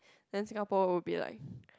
then Singapore would be like